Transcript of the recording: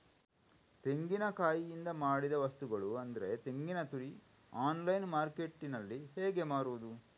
ತೆಂಗಿನಕಾಯಿಯಿಂದ ಮಾಡಿದ ವಸ್ತುಗಳು ಅಂದರೆ ತೆಂಗಿನತುರಿ ಆನ್ಲೈನ್ ಮಾರ್ಕೆಟ್ಟಿನಲ್ಲಿ ಹೇಗೆ ಮಾರುದು?